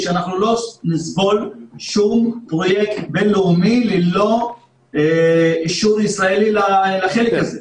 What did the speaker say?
שלא נסבול שום פרויקט בין-לאומי ללא אישור ישראלי לחלק הזה.